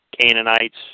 Canaanites